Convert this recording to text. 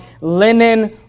linen